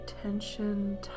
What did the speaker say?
tension